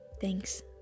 Thanks